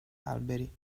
alberi